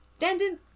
Danden